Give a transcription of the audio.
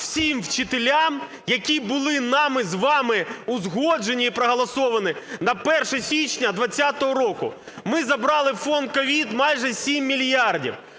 всім вчителям, які були нами з вами узгоджені і проголосовані на 1 січня 20-го року. Ми забрали у фонд COVID майже 7 мільярдів.